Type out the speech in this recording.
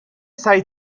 سریع